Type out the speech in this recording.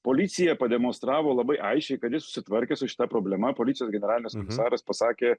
policija pademonstravo labai aiškiai kad ji susitvarkė su šita problema policijos generalinis komisaras pasakė